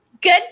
Good